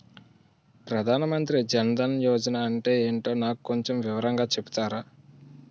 ప్రధాన్ మంత్రి జన్ దన్ యోజన అంటే ఏంటో నాకు కొంచెం వివరంగా చెపుతారా?